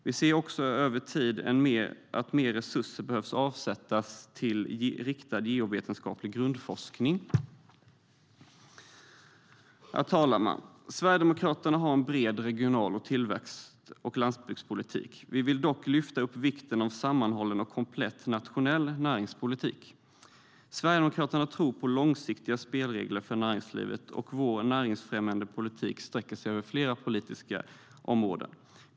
Vi ser också att mer resurser över tid behöver avsättas till riktad geovetenskaplig grundforskning. Sverigedemokraterna tror på långsiktiga spelregler för näringslivet, och vår näringsfrämjande politik sträcker sig över flera politiska områden.